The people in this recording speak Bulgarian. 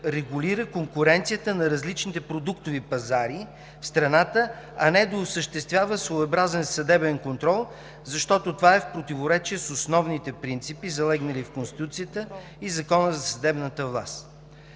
регулира конкуренцията на различните продуктови пазари в страната, а не да осъществява своеобразен съдебен контрол, защото това е в противоречие с основните принципи, залегнали в Конституцията и Закона за съдебната власт.